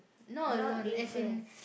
not with friends